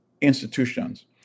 institutions